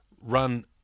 run